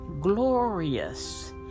glorious